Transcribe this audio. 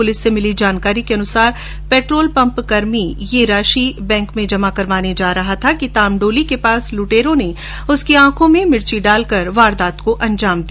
police से मिली जानकारी के अनुसार पेट्रोल पम्पकर्मी ये राशि बैंक में जमा करवाने जा रहा था कि तामडोली के पास लुटेरों ने उसकी आंखों में मिर्ची डालकर वारदात को अंजाम दिया